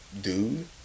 dude